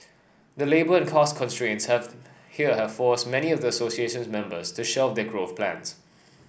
the labour and cost constraints have here have forced many of the association's members to shelf their growth plans